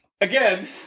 again